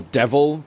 devil